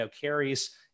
carries